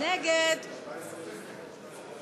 הבינוי והשיכון, לשנת הכספים 2017, נתקבל.